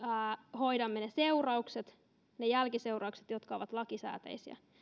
hoidamme ne jälkiseuraukset ne jälkiseuraukset jotka ovat lakisääteisiä